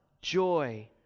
joy